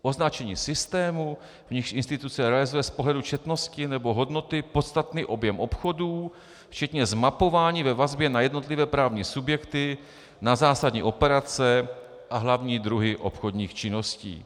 Označení systémů, v nichž instituce realizuje z pohledu četnosti nebo hodnoty podstatný objem obchodů, včetně zmapování ve vazbě na jednotlivé právní subjekty, na zásadní operace a hlavní druhy obchodních činností.